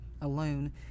alone